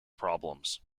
problems